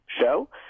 show